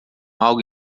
algo